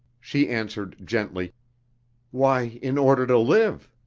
she answered gently why, in order to live.